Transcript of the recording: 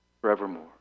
forevermore